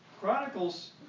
Chronicles